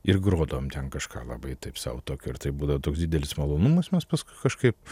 ir grodavome ten kažką labai taip sau tokio ir taip būdavo toks didelis malonumas mes paskui kažkaip